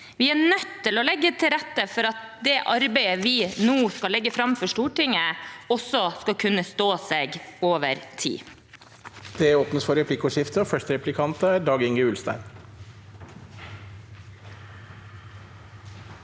Vi er nødt til å legge til rette for at det arbeidet vi nå skal legge fram for Stortinget, også skal kunne stå seg over tid.